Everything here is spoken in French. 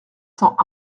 cent